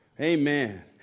Amen